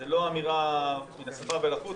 זאת לא אמירה מהשפה ולחוץ,